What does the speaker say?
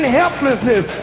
helplessness